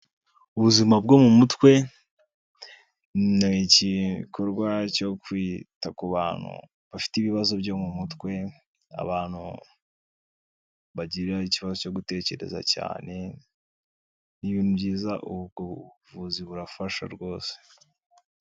Ubuzima bwo mu mutwe ni igikorwa cyo kwita ku bantu bafite ibibazo byo mu mutwe, ku bantu bafite ikibazo cyo gutekereza cyane ni ibintu byiza ubu buvuzi burafasha rwose.